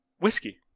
whiskey